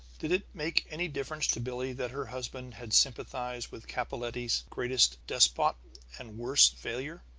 did it make any difference to billie that her husband had sympathized with capellette's greatest despot and worst failure?